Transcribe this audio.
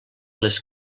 les